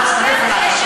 את צריכה להצטרף אלי.